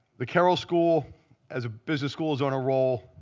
the carroll school as a business school is on a roll.